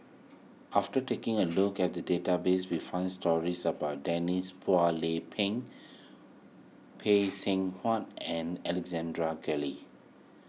after taking a look at the database we found stories about Denise Phua Lay Peng Seng Whatt and Guthrie